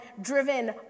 driven